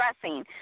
dressing